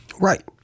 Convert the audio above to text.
right